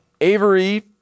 Avery